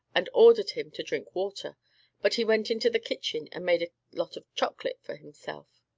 and ordered him to drink water but he went into the kitchen, and made a lot of chocolate for himself.